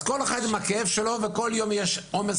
אז כל אחד עם הכאב שלו וכל יום יש עומס